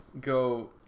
go